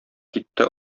китте